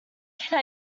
can